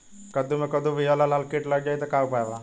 कद्दू मे कद्दू विहल या लाल कीट लग जाइ त का उपाय बा?